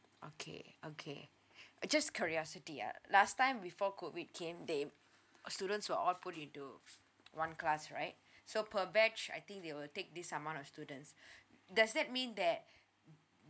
okay okay uh just curiosity ah last time before COVID came they students were all put into one class right so per batch I think they will take this amount of students does that mean that